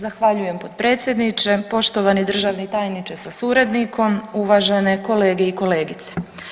Zahvaljujem potpredsjedniče, poštovani državni tajniče sa suradnikom, uvažene kolege i kolegice.